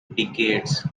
decades